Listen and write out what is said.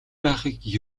байхыг